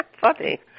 funny